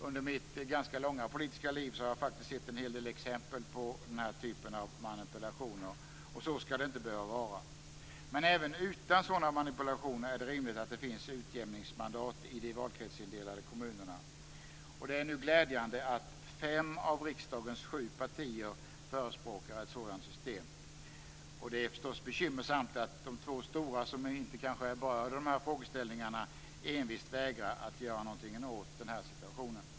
Under mitt ganska långa politiska liv har jag sett en hel del exempel på den typen av manipulation. Så skall det inte behöva vara. Men även utan sådana manipulationer är det rimligt att det finns utjämningsmandat i de valkretsindelade kommunerna. Det är nu glädjande att fem av riksdagens sju partier förespråkar ett sådant system. Det är förstås bekymmersamt att de två stora partierna inte bara i dessa frågeställningar envist vägrar att göra någonting åt situationen.